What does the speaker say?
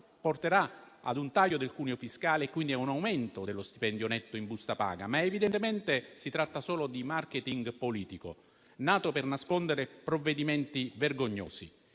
porterà ad un taglio del cuneo fiscale e quindi ad un aumento dello stipendio netto in busta paga. Evidentemente però si tratta solo di *marketing* politico, nato per nascondere provvedimenti vergognosi.